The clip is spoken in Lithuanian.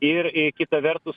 ir kita vertus